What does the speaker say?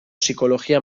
psikologia